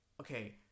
okay